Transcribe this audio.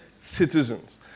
citizens